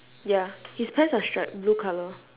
ya his pants are stripe blue colour